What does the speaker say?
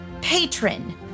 patron